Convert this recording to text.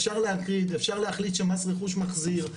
אפשר להחליט שמס רכוש מחזיר,